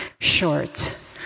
short